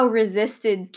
resisted